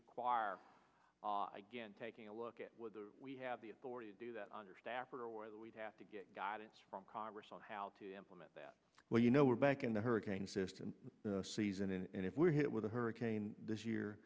require again taking a look at whether we have the authority to do that under staff or aware that we'd have to get guidance from congress on how to implement well you know we're back in the hurricane system season and if we're hit with a hurricane this year